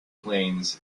plains